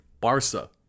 Barca